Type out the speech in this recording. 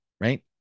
right